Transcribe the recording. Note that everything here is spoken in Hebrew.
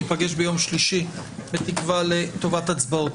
ניפגש ביום שלישי בתקווה לטובת הצבעות.